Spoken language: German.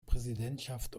präsidentschaft